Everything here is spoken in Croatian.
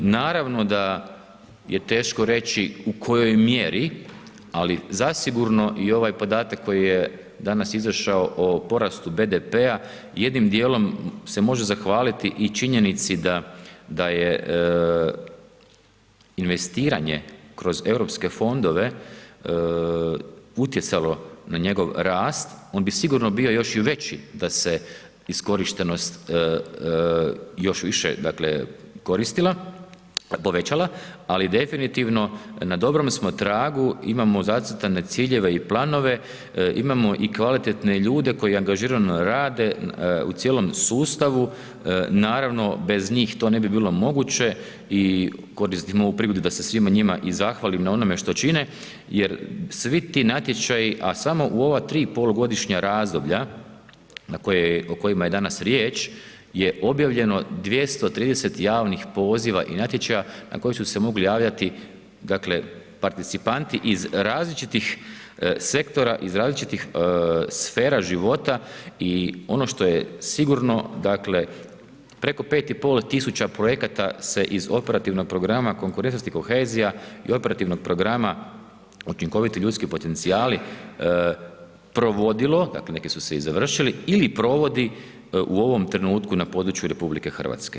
Naravno da je teško reći u kojoj mjeri, ali zasigurno i ovaj podatak koji je danas izašao o porastu BDP-a jednim dijelom se može zahvaliti i činjenici da je investiranje kroz Europske fondove utjecalo na njegov rast, on bi sigurno bio još i veći da se iskorištenost još više, dakle, koristila, povećala, ali definitivno na dobrom smo tragu, imamo zacrtane ciljeve i planove, imamo i kvalitetne ljude koji angažirano rade u cijelom sustavu, naravno bez njih to ne bi bilo moguće i koristim ovu prigodu da se svima njima i zahvalim na onome što čine jer svi ti natječaji, a samo u ova 3 polugodišnja razdoblja o kojima je danas riječ je objavljeno 230 javnih poziva i natječaja na koji su se mogli javljati, dakle, participanti iz različitih sektora, iz različitih sfera života i ono što je sigurno, dakle, preko 5 i pol tisuća projekata se iz operativnog programa konkurentnosti i kohezija i operativnog programa učinkoviti ljudski potencijali, provodilo, dakle, neki su se i završili ili provodi u ovom trenutku na području RH.